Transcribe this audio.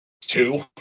two